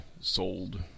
sold